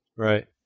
Right